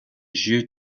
jeu